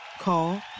Call